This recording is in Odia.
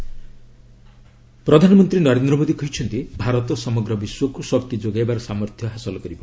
ପିଏମ୍ ଏନର୍ଜି ପ୍ରଧାନମନ୍ତ୍ରୀ ନରେନ୍ଦ୍ର ମୋଦୀ କହିଛନ୍ତି ଭାରତ ସମଗ୍ର ବିଶ୍ୱକୁ ଶକ୍ତି ଯୋଗାଇବାର ସାମର୍ଥ୍ୟ ହାସଲ କରିବ